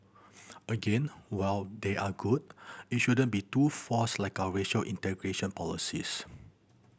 again while they are good it shouldn't be too forced like our racial integration policies